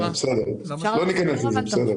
לא ניכנס לזה.